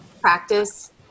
practice